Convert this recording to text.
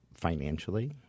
financially